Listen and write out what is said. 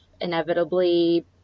inevitably